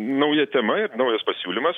nauja tema ir naujas pasiūlymas